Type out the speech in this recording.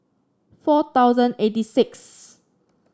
four thousand eighty sixth